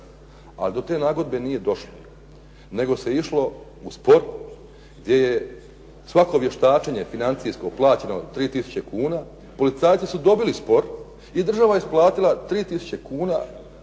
ali do te nagodbe nije došlo. Nego se išlo u spor gdje je svako vještačenje svako financijsko plaćeno 3 tisuće kuna. Policajci su dobili spor i država je isplatila 3 tisuće